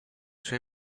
suoi